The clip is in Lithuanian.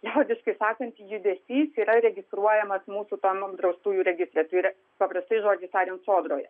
liaudiškai sakant judesys yra registruojamas mūsų tam apdraustųjų registre tai yra paprastais žodžiais tariant sodroje